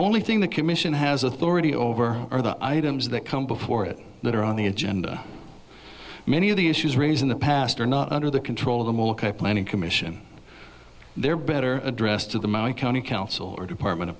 only thing the commission has authority over are the items that come before it that are on the agenda many of the issues raised in the past are not under the control of the planning commission there better addressed to the my county council or department of